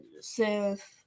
Sith